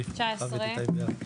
הסתייגות 19: